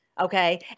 Okay